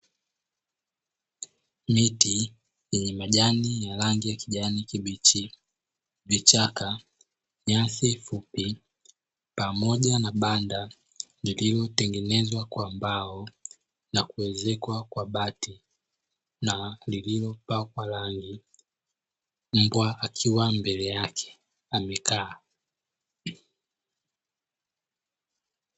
Miti yenye majani ya rangi ya kijani kibichi, vichaka, nyasi fupi pamoja na banda lililotengenezwa kwa mbao na kuezekwa kwa bati na lililopakwa rangi, mbwa akiwa mbele yake amekaa.